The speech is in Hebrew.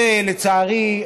לצערי,